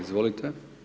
Izvolite.